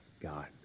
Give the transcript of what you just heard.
God